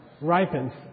ripens